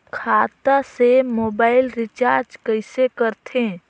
खाता से mobile recharge कइसे करथे